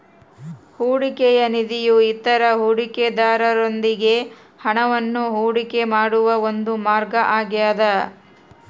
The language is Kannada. ಹೂಡಿಕೆಯ ನಿಧಿಯು ಇತರ ಹೂಡಿಕೆದಾರರೊಂದಿಗೆ ಹಣವನ್ನು ಹೂಡಿಕೆ ಮಾಡುವ ಒಂದು ಮಾರ್ಗ ಆಗ್ಯದ